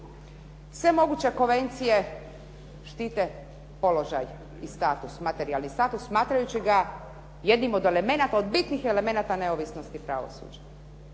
Sve moguće konvencije štite položaj i status, materijalni status smatrajući ga jednim od elemenata od bitnih elemenata neovisnosti pravosuđa.